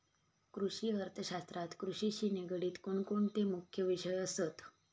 कृषि अर्थशास्त्रात कृषिशी निगडीत कोणकोणते मुख्य विषय असत?